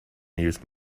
use